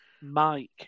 Mike